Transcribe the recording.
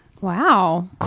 Wow